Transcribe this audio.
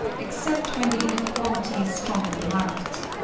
except when the inequality is strongly marked.